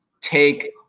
take